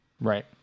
Right